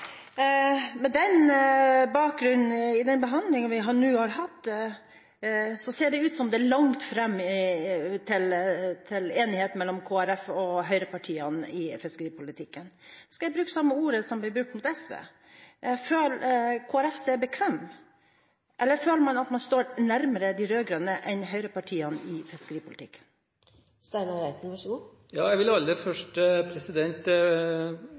bakgrunn, den behandlingen vi nå har hatt, ser det ut som det er langt fram til enighet mellom Kristelig Folkeparti og høyrepartiene i fiskeripolitikken. Jeg skal bruke samme ord som ble brukt mot SV: Føler Kristelig Folkeparti seg bekvem med at man står nærmere de rød-grønne enn høyrepartiene i fiskeripolitikken? Jeg vil aller først